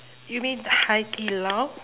you mean the haidilao